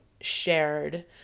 shared